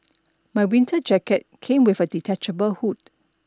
my winter jacket came with a detachable hood